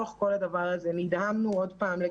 אבל היה צריך שריפה בכרמל בכדי שנעריך את הכבאים.